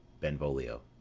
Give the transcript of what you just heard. benvolio,